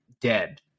dead